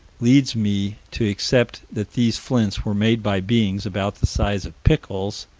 leads me to accept that these flints were made by beings about the size of pickles,